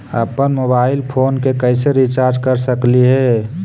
अप्पन mobile phone के कैसे रिचार्ज कर सकली हे?